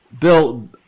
Bill